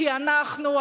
כי אנחנו,